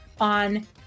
on